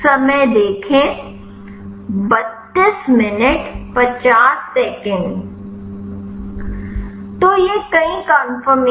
तो यह कई कन्फर्मेशन्स है